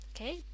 Okay